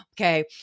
Okay